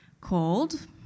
called